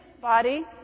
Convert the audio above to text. body